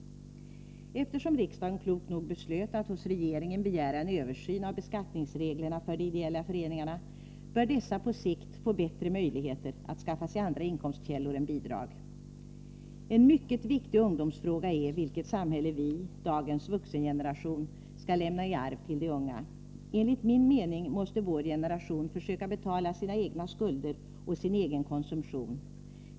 Eftersom riksdagen klokt nog beslöt att hos regeringen begära en översyn av beskattningsreglerna för de ideella föreningarna, bör dessa på sikt få bättre möjligheter att skaffa sig andra inkomstkällor än bidrag. En mycket viktig ungdomsfråga är vilket samhälle vi, dagens vuxengeneration, skall lämna i arv till de unga. Enligt min mening måste vår generation försöka betala sina egna skulder och sin egen konsumtion.